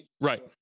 right